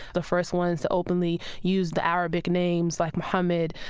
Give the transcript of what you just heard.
the first ones to openly use the arabic names, like muhammad.